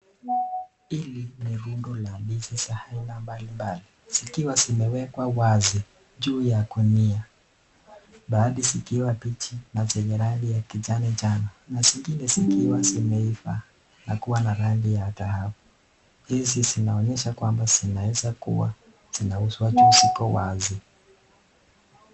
Hili ni rundo la ndizi za aina mbalimbali, zikiwa zimewekwa wazi juu ya gunia, baadhi zikiwa mbichi na zenye rangi ya kijani jani, zingine zikiwa zimeiva na kuwa na rangi ya dhahabu. Ndizi zinaonyesha kwamba zinaweza kuwa zinauzwa tu ziko wazi.